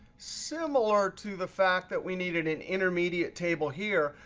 similar to the fact that we needed an intermediate table here.